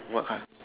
what are